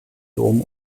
dom